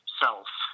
self